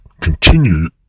continue